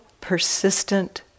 persistent